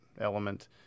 element